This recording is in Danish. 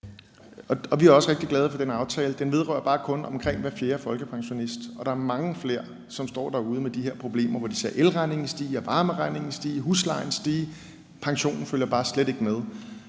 Vi er også rigtig glade for den aftale. Den vedrører bare kun omkring hver fjerde folkepensionist, og der er mange flere, som står derude med de her problemer. De ser elregningen stige, varmeregningen stige og huslejen stige, og pensionen følger bare slet ikke med.